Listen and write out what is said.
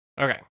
Okay